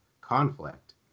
conflict